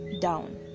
down